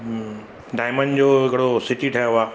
diamond जो हिकिड़ो city ठहियो आहे